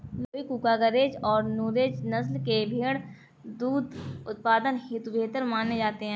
लूही, कूका, गरेज और नुरेज नस्ल के भेंड़ दुग्ध उत्पादन हेतु बेहतर माने जाते हैं